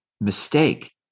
mistake